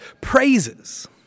praises